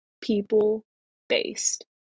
people-based